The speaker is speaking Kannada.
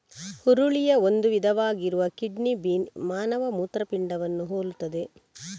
ಹುರುಳಿಯ ಒಂದು ವಿಧವಾಗಿರುವ ಕಿಡ್ನಿ ಬೀನ್ ಮಾನವ ಮೂತ್ರಪಿಂಡವನ್ನು ಹೋಲುತ್ತದೆ